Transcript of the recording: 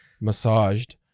massaged